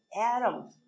Adam